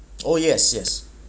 oh yes yes